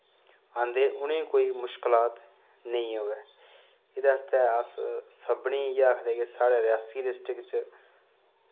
औंदे उ'नें कोई मुश्कलां नेईं आवै एह्दे आस्तै अस सभनें इ'यै आखदे कि साढ़े रेआसी डिस्ट्रिक च